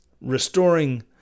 restoring